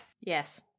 Yes